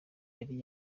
yari